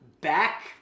back